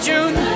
June